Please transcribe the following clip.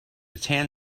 tan